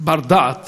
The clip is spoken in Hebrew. בר-דעת